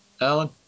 Alan